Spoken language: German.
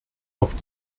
auf